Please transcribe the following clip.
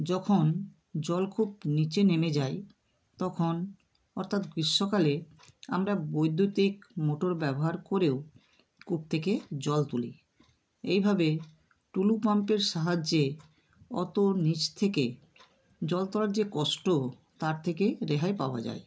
যখন জল খুব নীচে নেমে যায় তখন অর্থাৎ গ্রীষ্মকালে আমরা বৈদ্যুতিক মোটর ব্যবহার করেও কূপ থেকে জল তুলি এইভাবে টুলু পাম্পের সাহায্যে অতো নীচ থেকে জল তোলার যে কষ্ট তার থেকে রেহাই পাওয়া যায়